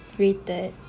rated